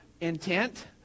intent